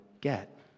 get